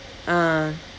ah